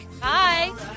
Bye